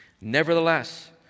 Nevertheless